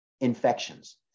infections